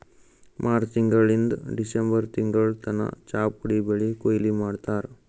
March ತಿಂಗಳಿಂದ್ December ತಿಂಗಳ್ ತನ ಚಾಪುಡಿ ಬೆಳಿ ಕೊಯ್ಲಿ ಮಾಡ್ತಾರ್